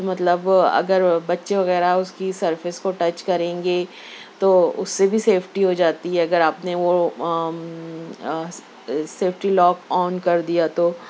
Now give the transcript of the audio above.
مطلب اگر بچے وغیرہ اُس کی سرفیس کو ٹچ کریں گے تو اُس سے بھی سیفٹی ہوجاتی ہے اگر آپ نے وہ سیفٹی لوک آن کردیا تو